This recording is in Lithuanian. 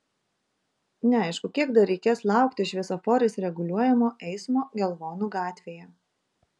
neaišku kiek dar reikės laukti šviesoforais reguliuojamo eismo gelvonų gatvėje